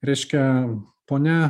reiškia ponia